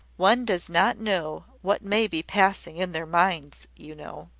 one does not know what may be passing in their minds, you know.